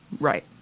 Right